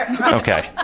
Okay